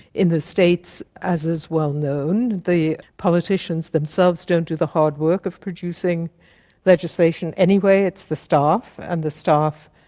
in the states, as is well known, the politicians themselves don't do the hard work of producing legislation anyway, it's the staff, and the staff,